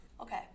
Okay